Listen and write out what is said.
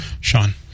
Sean